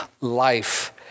life